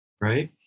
Right